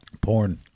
Porn